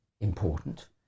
important